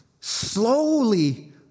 slowly